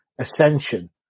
ascension